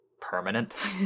permanent